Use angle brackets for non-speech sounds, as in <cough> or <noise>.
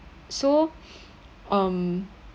so <breath> um